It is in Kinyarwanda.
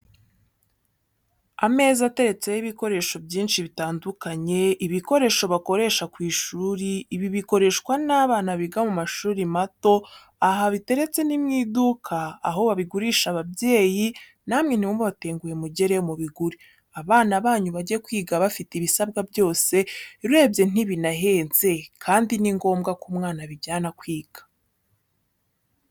Ameza ateretseho ibikoresho byinshi bitandukanye, ibikoresho bakoresha ku ishuri, ibi bikoreshwa n'abana biga mu mashuri mato, aha biteretse ni mu iduka, aho babigurisha ababyeyi namwe ntimubatenguhe muregeyo mubigure, abana banyu bajye kwiga bafite ibisabwa byose, urebye ntibinahenze kandi ni ngombwa ko umwana abijyana kwiga.